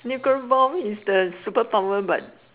nuclear bomb is the superpower but